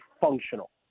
functional